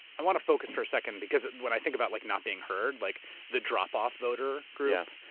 i want to focus for a second because when i think about like not being heard, like the drop off voter group,